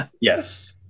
Yes